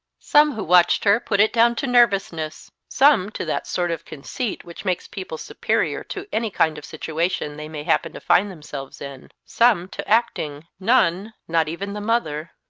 some who watched her put it down to nervousness some to that sort of conceit which makes people superior to any kind of situation they may happen to find themselves in some to acting none, not even the mother,